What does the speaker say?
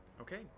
Okay